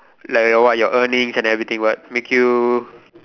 like your what your earnings and everything what make you